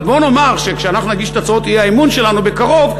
אבל בואו נאמר שכשאנחנו נגיש את הצעות האי-אמון שלנו בקרוב,